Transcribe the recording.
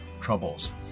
troubles